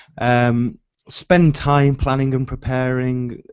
um spend time planning and preparing,